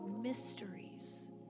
mysteries